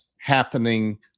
happening